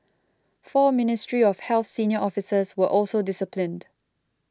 four Ministry of Health senior officers were also disciplined